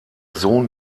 sohn